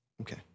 Okay